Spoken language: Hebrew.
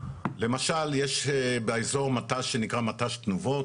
למשל יש באזור מט"ש שנקרא מט"ש תנובות,